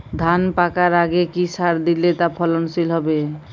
ধান পাকার আগে কি সার দিলে তা ফলনশীল হবে?